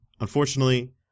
Unfortunately